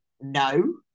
No